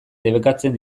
debekatzen